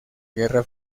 guerra